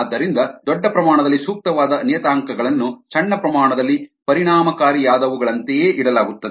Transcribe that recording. ಆದ್ದರಿಂದ ದೊಡ್ಡ ಪ್ರಮಾಣದಲ್ಲಿ ಸೂಕ್ತವಾದ ನಿಯತಾಂಕಗಳನ್ನು ಸಣ್ಣ ಪ್ರಮಾಣದಲ್ಲಿ ಪರಿಣಾಮಕಾರಿಯಾದವುಗಳಂತೆಯೇ ಇಡಲಾಗುತ್ತದೆ